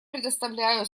предоставляю